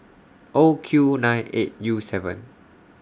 O Q nine eight U seven